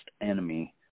enemy